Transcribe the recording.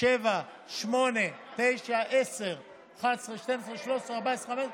7, 8, 9, 10, 11, 12, 13, 14, 15,